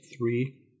three